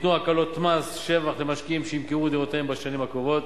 ניתנו הקלות במס שבח למשקיעים שימכרו את דירותיהם בשנים הקרובות.